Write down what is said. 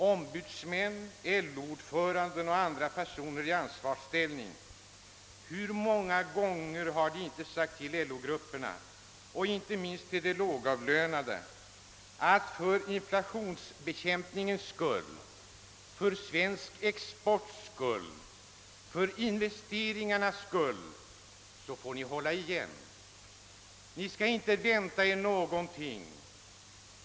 Ombudsmän, LO-ordföranden och andra personer i ansvarsställning, hur många gånger har de inte sagt till LO-grupperna och inte minst till de lågavlönade, att för inflationsbekämpningens skull, för svensk exports skull, för investeringarnas skull, så får ni hålla igen. Ni skall inte vänta er någonting.